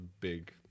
big